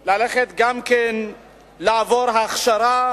כדי ללכת גם לעבור הכשרה,